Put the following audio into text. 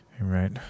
Right